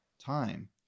time